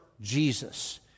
Jesus